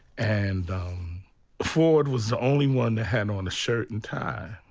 and ford was the only one that had on a shirt and tie,